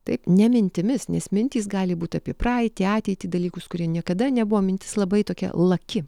taip ne mintimis nes mintys gali būt apie praeitį ateitį dalykus kurie niekada nebuvo mintis labai tokia laki